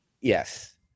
Yes